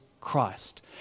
Christ